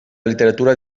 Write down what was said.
literatura